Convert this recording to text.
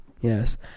Yes